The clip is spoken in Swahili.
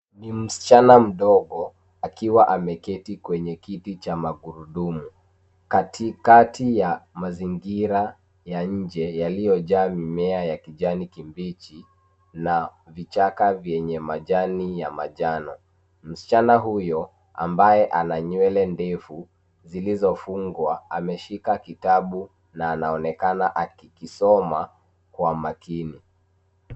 Ni msichana mdogo akiwa ameketi kwenye kiti cha magurudumu, katikati ya mazingira ya nje yaliyojaa mimea ya kijani kibichi na vichaka vyenye majani ya majano. Msichana huyo ambaye ana nywele ndefu zilizofungwa, ameshika kitabu na anaonekana akikisoma kwa makini.